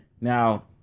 Now